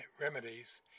remedies